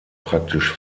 praktisch